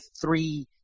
three